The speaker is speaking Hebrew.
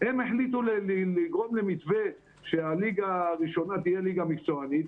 הם החליטו לגרום למתווה שהליגה הראשונה תהיה ליגה מקצוענית.